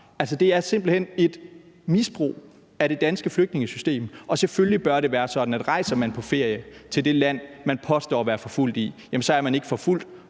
Det er simpelt hen et misbrug af det danske flygtningesystem, og selvfølgelig bør det være sådan, at rejser man på ferie til det land, man påstår at være forfulgt i, så er man ikke forfulgt,